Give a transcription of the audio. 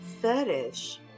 fetish